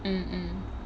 mm mm